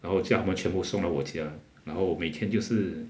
然后叫他们全部送到我家然后每天就是